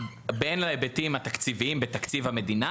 בין אם להיבטים התקציביים בתקציב המדינה